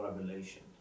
revelation